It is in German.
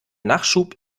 nachschub